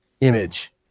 image